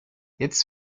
jetzt